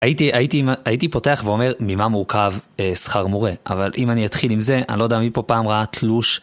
הייתי פותח ואומר ממה מורכב, שכר מורה, אבל אם אני אתחיל עם זה, אני לא יודע מי פה פעם ראה תלוש